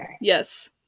Yes